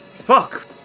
fuck